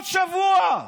כל שבוע.